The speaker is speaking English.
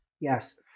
Yes